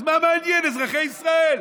אז מה מעניינים אזרחי ישראל?